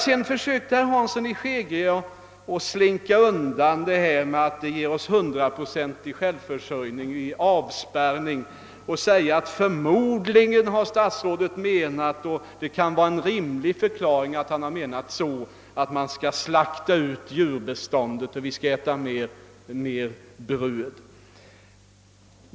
Sedan försökte herr Hansson i Skegrie slingra sig undan att detta ger oss 100-procentig självförsörjning vid avspärrning med att säga »förmodligen har statsrådet menat» och »det kan vara en rimlig förklaring» att han anser att vi skall slakta ut djurbeståndet och äta mer bröd.